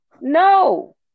No